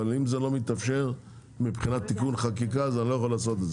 אבל אם זה לא מתאפשר מבחינת תיקון חקיקה אני לא יכול לעשות את זה.